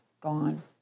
gone